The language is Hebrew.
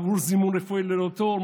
עבור זימון רפואי ללא תור,